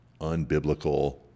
unbiblical